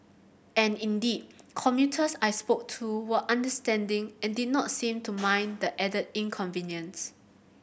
and indeed commuters I spoke to were understanding and did not seem to mind the added inconvenience